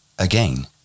Again